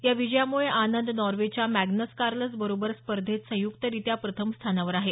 या विजयामुळे आनंद नॉर्वेच्या मॅग्रस कार्लस बरोबर स्पर्धेत संयुक्तरित्या प्रथम स्थानावर आहे